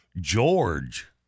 George